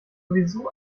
sowieso